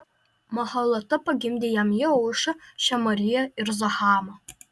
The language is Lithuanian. mahalata pagimdė jam jeušą šemariją ir zahamą